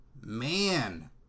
man